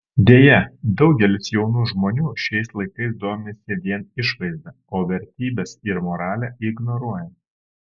deja daugelis jaunų žmonių šiais laikais domisi vien išvaizda o vertybes ir moralę ignoruoja